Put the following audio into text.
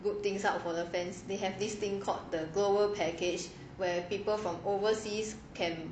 good things up for the fans they have this thing called the global package where people from overseas can